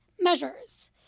measures